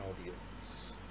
audience